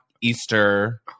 Easter